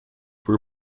por